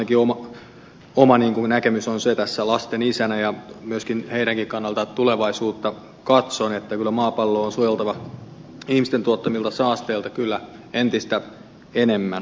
ainakin oma näkemykseni on se tässä lasten isänä ja myös heidänkin kannaltaan tulevaisuutta katsoen että kyllä maapalloa on suojeltava ihmisten tuottamilta saasteilta entistä enemmän